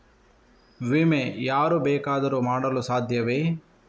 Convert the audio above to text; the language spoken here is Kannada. ವಿಮೆ ಯಾರು ಬೇಕಾದರೂ ಮಾಡಲು ಸಾಧ್ಯವೇ?